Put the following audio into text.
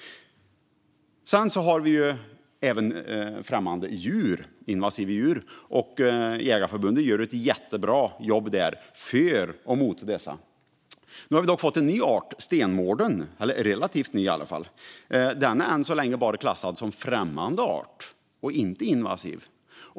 Vi har även främmande invasiva djur. Jägareförbundet gör ett jättebra jobb för att mota dessa. Nu har vi dock fått en ny - eller i alla fall relativt ny - art: stenmården. Den är än så länge bara klassad som främmande art och inte som invasiv.